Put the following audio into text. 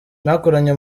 bakoranye